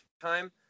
time